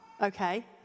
Okay